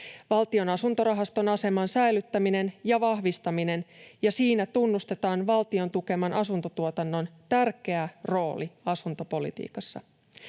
Valtion asuntorahaston aseman säilyttäminen ja vahvistaminen ja että siinä tunnustetaan valtion tukeman asuntotuotannon tärkeä rooli asuntopolitiikassa.